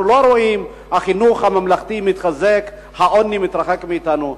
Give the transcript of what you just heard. אנחנו לא רואים שהחינוך הממלכתי מתחזק והעוני מתרחק מאתנו.